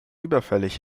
überfällig